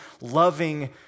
loving